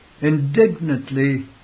indignantly